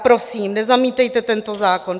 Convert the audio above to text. Prosím, nezamítejte tento zákon.